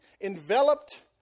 enveloped